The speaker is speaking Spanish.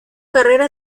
carrera